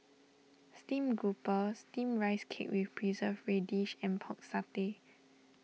Steamed Grouper Steamed Rice Cake with Preserved Radish and Pork Satay